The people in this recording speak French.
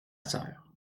sœur